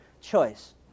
Choice